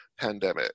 pandemic